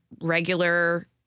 regular